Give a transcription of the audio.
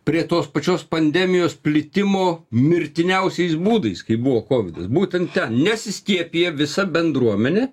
prie tos pačios pandemijos plitimo mirtiniausiais būdais kai buvo kovidas būtent ten nesiskiepija visa bendruomenė